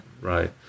Right